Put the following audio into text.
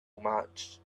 much